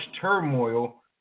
turmoil